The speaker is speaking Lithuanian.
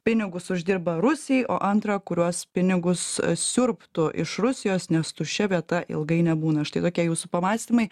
pinigus uždirba rusijai o antra kuriuos pinigus siurbtų iš rusijos nes tuščia vieta ilgai nebūna štai tokie jūsų pamąstymai